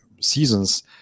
seasons